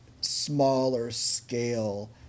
smaller-scale